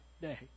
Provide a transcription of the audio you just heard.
day